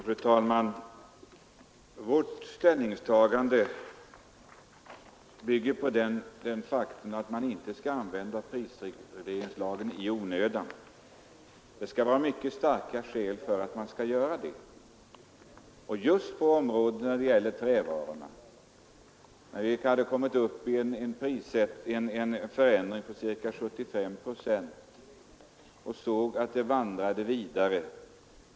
Fru talman! Vårt ställningstagande bygger på det faktum att man inte skall använda prisregleringslagen i onödan utan bara när man har mycket starka skäl. Nu såg vi att trävarupriserna hade gått upp med ca 75 procent och ändå vandrade vidare.